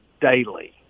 daily